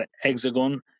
hexagon